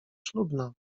ślubna